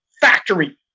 factory